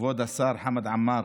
כבוד השר חמד עמאר,